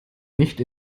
nicht